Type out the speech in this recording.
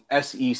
SEC